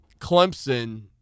Clemson